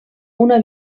una